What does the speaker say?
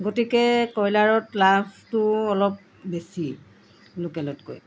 গতিকে কয়লাৰত লাভটো অলপ বেছি লোকেলতকৈ